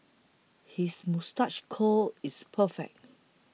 his moustache curl is perfect